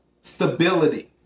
stability